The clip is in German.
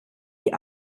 die